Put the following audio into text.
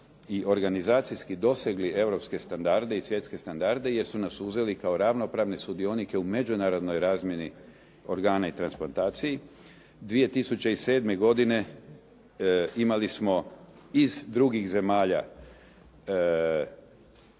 i organizacijski dosegli europske standarde i svjetske standarde jer su nas uzeli kao ravnopravne sudionike u međunarodnoj razmjeni organa i transplantaciji. 2007. godine imali smo iz drugih zemalja